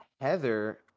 Heather